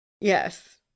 Yes